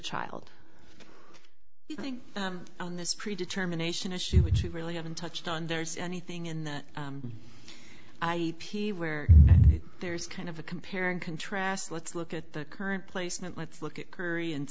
child on the street determination issue which we really haven't touched on there's anything in the where there's kind of a compare and contrast let's look at the current placement let's look at curry and